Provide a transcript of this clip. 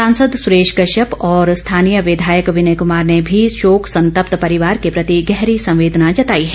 सांसद सुरेश कश्यप और स्थानीय विधायक विनय कुमार ने भी शोक संतप्त परिवार के प्रति गहरी संवेदना जताई है